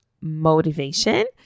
motivation